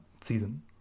season